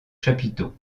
chapiteaux